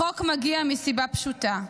החוק מגיע מסיבה פשוטה: